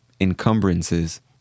Encumbrances